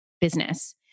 business